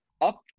up